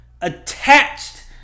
attached